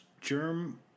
Germ